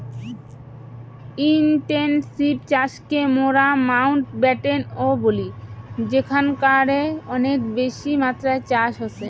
intensive চাষকে মোরা Mountbatten ও বলি যেখানকারে অনেক বেশি মাত্রায় চাষ হসে